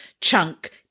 chunk